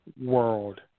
world